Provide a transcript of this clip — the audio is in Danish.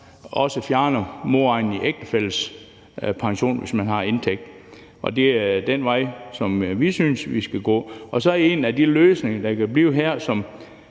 også at fjerne modregningen i ægtefællens pension, hvis man har en indtægt. Det er den vej, som vi synes vi skal gå. Så er en af de løsninger, der kan blive her, og